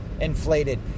inflated